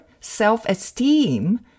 self-esteem